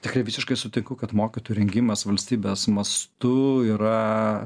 tikrai visiškai sutinku kad mokytojų rengimas valstybės mastu yra